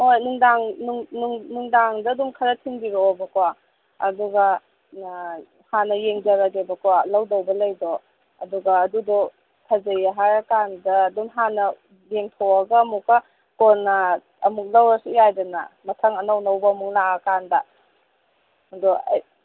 ꯑꯣ ꯅꯨꯡꯗꯥꯡ ꯅꯨꯡꯗꯥꯡꯗ ꯑꯗꯨꯝ ꯈꯔ ꯊꯤꯟꯕꯤꯔꯛꯑꯣꯕꯀꯣ ꯑꯗꯨꯒ ꯍꯥꯟꯅ ꯌꯦꯡꯖꯔꯒꯦꯕꯀꯣ ꯂꯧꯗꯧꯕ ꯂꯩꯗꯣ ꯑꯗꯨꯒ ꯑꯗꯨꯗꯣ ꯐꯖꯩ ꯍꯥꯏꯔꯀꯥꯟꯗ ꯑꯗꯨꯝ ꯍꯥꯟꯅ ꯌꯦꯡꯊꯣꯛꯑꯒ ꯑꯃꯨꯛꯀ ꯀꯣꯟꯅ ꯑꯃꯨꯛ ꯂꯧꯔꯁꯨ ꯌꯥꯏꯗꯅ ꯃꯊꯪ ꯑꯅꯧ ꯑꯅꯧꯕ ꯑꯃꯨꯛ ꯂꯥꯛꯑꯀꯥꯟꯗ ꯑꯗꯣ